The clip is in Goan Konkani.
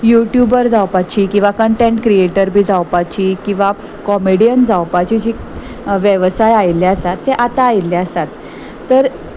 यू ट्यूबर जावपाची किंवां कंटेंट क्रियेटर बी जावपाची किंवां कॉमेडियन जावपाची जी वेवसाय आयिल्ले आसात ते आतां आयिल्ले आसात तर